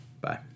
Bye